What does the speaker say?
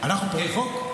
אנחנו פורעי חוק?